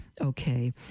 okay